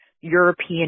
European